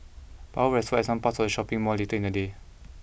power was restored at some parts of the shopping mall later in the day